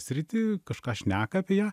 sritį kažką šneka apie ją